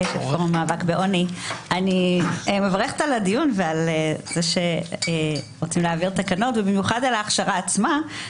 אני מברכת על הדיון ועל זה שרוצים להעביר תקנות ובמיוחד על ההכשרה עצמה.